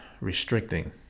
Restricting